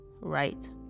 right